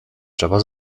trzeba